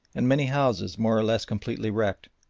and many houses more or less completely wrecked.